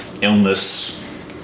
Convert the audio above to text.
illness